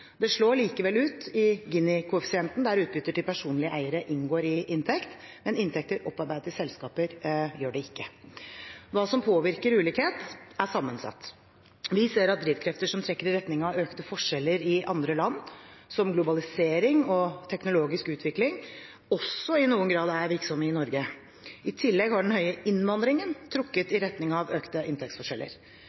slår likevel ut i Gini-koeffisienten, der utbytter til personlige eiere inngår i inntekt, men inntekter opparbeidet i selskaper gjør det ikke. Hva som påvirker ulikhet, er sammensatt. Vi ser at drivkrefter som trekker i retning av økte forskjeller i andre land, som globalisering og teknologisk utvikling, også i noen grad er virksomme i Norge. I tillegg har den høye innvandringen trukket i retning av økte inntektsforskjeller.